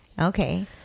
Okay